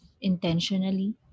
intentionally